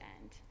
end